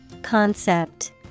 Concept